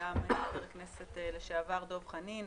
את חבר הכנסת לשעבר דב חנין,